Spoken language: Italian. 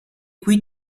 qui